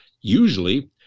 usually